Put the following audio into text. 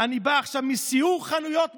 אני בא עכשיו מסיור חנויות בירושלים"